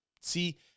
see